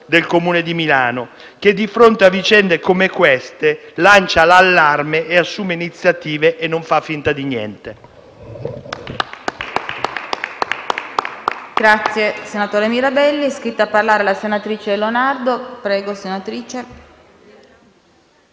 del Comune di Milano, e che di fronte a vicende come queste lancia l'allarme, assume iniziative e non fa finta di niente.